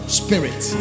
spirit